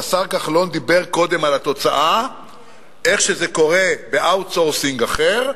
והשר כחלון דיבר קודם על התוצאה איך שזה קורה ב-outsourcing אחר,